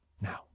Now